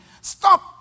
Stop